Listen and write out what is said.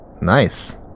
Nice